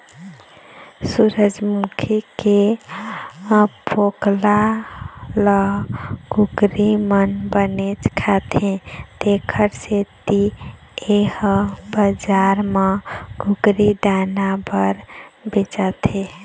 सूरजमूखी के फोकला ल कुकरी मन बनेच खाथे तेखर सेती ए ह बजार म कुकरी दाना बर बेचाथे